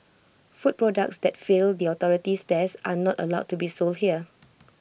food products that fail the authority's tests are not allowed to be sold here